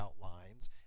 lines